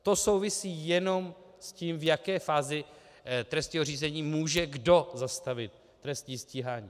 To souvisí jenom s tím, v jaké fázi trestního řízení může kdo zastavit trestní stíhání.